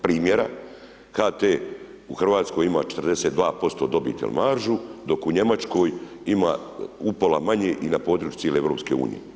Primjera, HT u Hrvatskoj ima 42% dobit i maržu, dok u Njemačkoj ima upola manje i na području cijele EU.